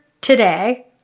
today